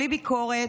בלי ביקורת,